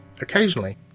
Occasionally